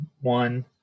one